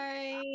Bye